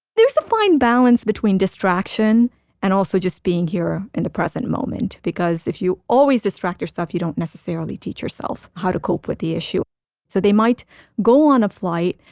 there's a fine balance between distraction and also just being here in the present moment, because if you always distract yourself, you don't necessarily teach yourself how to cope with the issue so they might go on a flight,